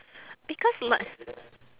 because like